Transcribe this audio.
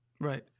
Right